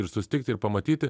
ir susitikti ir pamatyti